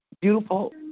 beautiful